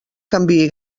canviï